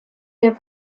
der